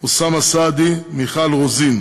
אוסאמה סעדי ומיכל רוזין.